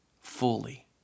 fully